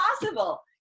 possible